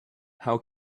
how